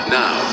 now